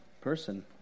person